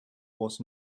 was